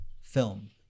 film